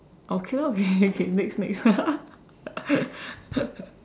okay lor we okay next next